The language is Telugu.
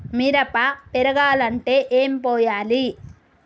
మిరప పెరగాలంటే ఏం పోయాలి?